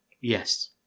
Yes